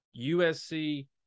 USC